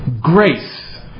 Grace